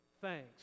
thanks